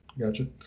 gotcha